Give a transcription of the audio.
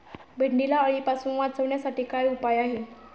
भेंडीला अळीपासून वाचवण्यासाठी काय उपाय आहे?